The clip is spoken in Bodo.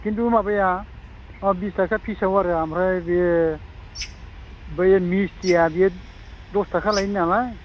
खिन्थु माबाया अ बिस थाखा पिसआव आरो ओमफ्राय बेयो बै मिस्थिया बेयो दस थाखा लायो नालाय